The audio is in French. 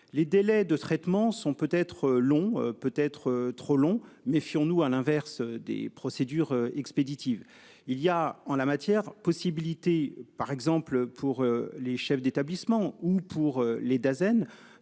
les délais de traitement sont peut être long, peut être trop long, méfions-nous, à l'inverse des procédures expéditives. Il y a en la matière possibilité par exemple pour les chefs d'établissement ou pour les Dasen